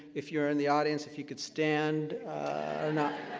if you're in the audience, if you could stand or not.